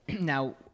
Now